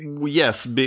Yes